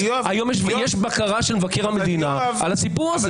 היום יש בקרה של מבקר המדינה על הסיפור הזה.